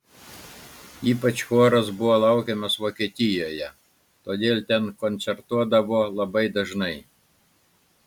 ypač choras buvo laukiamas vokietijoje todėl ten koncertuodavo labai dažnai